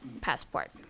passport